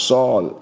Saul